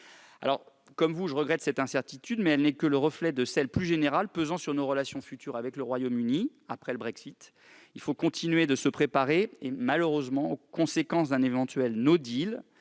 Comme vous, je regrette cette incertitude, mais elle n'est que le reflet de celle, plus générale, pesant sur nos relations futures avec le Royaume-Uni. Il faut continuer de se préparer aux conséquences d'un éventuel à la